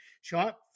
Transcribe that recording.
shot